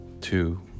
two